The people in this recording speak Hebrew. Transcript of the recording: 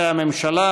לשבת.